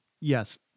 Yes